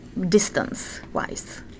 distance-wise